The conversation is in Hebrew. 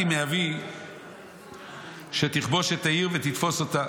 מאבי שתכבוש את העיר ותתפוס אותה.